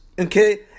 okay